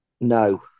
No